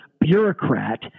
bureaucrat